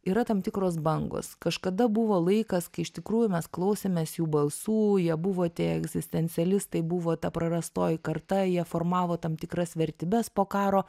yra tam tikros bangos kažkada buvo laikas kai iš tikrųjų mes klausėmės jų balsų jie buvo atėję egzistencialistai buvo ta prarastoji karta jie formavo tam tikras vertybes po karo